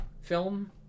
film